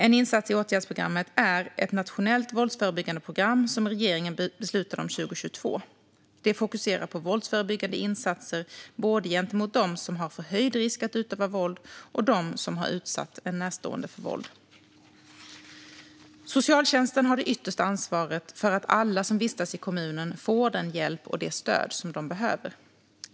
En insats i åtgärdsprogrammet är ett nationellt våldsförebyggande program, som regeringen beslutade om 2022. Det fokuserar på våldsförebyggande insatser gentemot både dem som har förhöjd risk att utöva våld och dem som har utsatt en närstående för våld. Socialtjänsten har det yttersta ansvaret för att alla som vistas i kommunen får den hjälp och det stöd som de behöver.